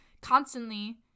constantly